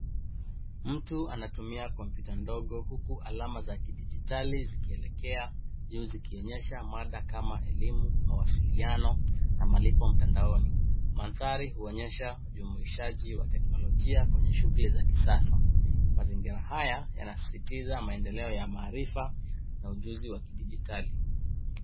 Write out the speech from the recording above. Mtu anatumia kompyuta ndogo huku alama za kidigitali zikielekea juu zikionyesha mada kama elimu, mawasiliano na malipo mtandaoni. Mandhari huonyesha ujumuishaji wa teknolojia kwenye shughuli za kisasa. Mazingira haya yanasisitiza maendeleo ya maarifa na ujuzi wa kidigitali.